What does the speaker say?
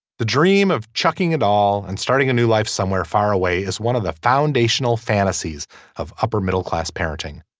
the dream of chucking it all and starting a new life somewhere far away is one of the foundational fantasies of upper middle class parenting.